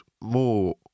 more